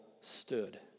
stood